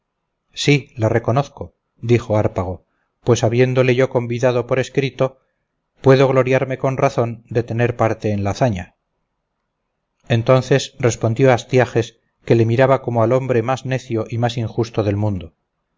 si la reconozco dijo hárpago pues habiéndole yo convidado por escrito puedo gloriarme con razón de tener parte en la hazaña entonces respondió astiages que le miraba como al hombre más necio y más injusto del mundo